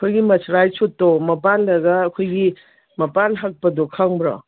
ꯑꯩꯈꯣꯏꯒꯤ ꯃꯁꯥꯂꯥꯏ ꯁꯨꯠꯇꯣ ꯃꯄꯥꯟꯗꯒ ꯑꯩꯈꯣꯏꯒꯤ ꯃꯄꯥꯟ ꯍꯛꯄꯗꯣ ꯈꯪꯕ꯭ꯔꯣ